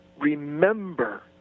remember